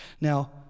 Now